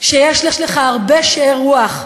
שיש לך הרבה שאר רוח,